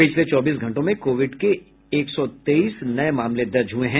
पिछले चौबीस घंटों में कोविड के एक सौ तेईस नए मामले दर्ज हुए हैं